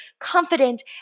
confident